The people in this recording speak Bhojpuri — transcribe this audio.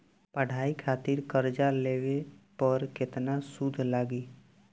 पढ़ाई खातिर कर्जा लेवे पर केतना सूद लागी?